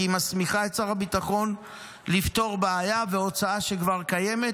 כי היא מסמיכה את שר הביטחון לפתור בעיה והוצאה שכבר קיימת,